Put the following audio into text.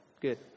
Good